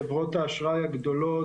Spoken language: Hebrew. חברות האשראי הגדולות,